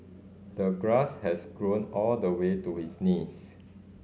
the grass has grown all the way to his knees